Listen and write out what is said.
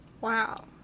Wow